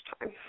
time